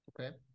Okay